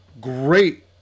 great